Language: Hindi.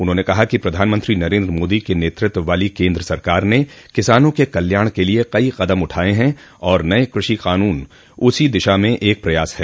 उन्होंने कहा कि प्रधानमंत्री नरेन्द्र मोदी के नेतृत्व वाली केन्द्र सरकार ने किसानों के कल्याण के लिए कई कदम उठाये हैं आर नये कृषि कानून उसी दिशा में एक प्रयास है